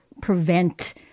prevent